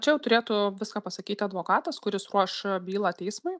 čia jau turėtų viską pasakyti advokatas kuris ruoš bylą teismui